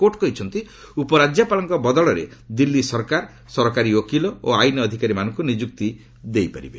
court କହିଛନ୍ତି ଉପରାକ୍ୟପାଳଙ୍କ ବଦଳରେ ଦିଲ୍ଲୀ ସରକାର ସରକାରୀ ଓକିଲ ଓ ଆଇନ୍ ଅଧିକାରୀ ମାନଙ୍କୁ ନିଯୁକ୍ତି ଦେଇପାରିବେ